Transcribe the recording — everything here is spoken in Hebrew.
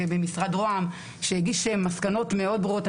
במשרד רוה"מ שהגיש מסקנות מאוד ברורות,